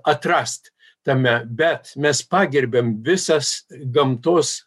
atrast tame bet mes pagerbėm visas gamtos